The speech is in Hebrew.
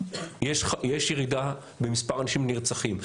יש ירידה במספר אנשים נרצחים.